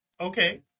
Okay